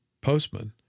Postman